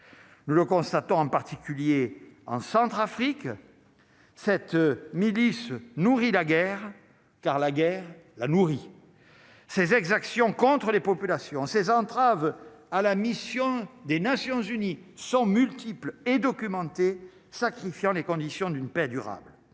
opère le constate en particulier en Centrafrique, cette milice nourrit la guerre car la guerre la nourrit ses exactions contre les populations ces entraves à la mission des Nations unies sont multiples et documenté, sacrifiant les conditions d'une paix durable